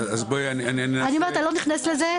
אני אומרת, אני לא נכנסת לזה.